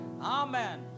Amen